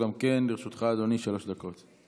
לרשותך, אדוני, שלוש דקות.